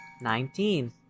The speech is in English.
Nineteen